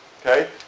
Okay